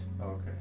Okay